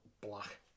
black